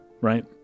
right